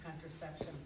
contraception